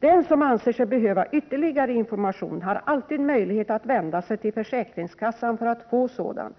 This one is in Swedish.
Den som anser sig behöva ytterligare information har alltid möjlighet att vända sig till försäkringskassan för att få sådan.